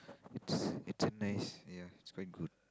it's it's a nice ya it's quite good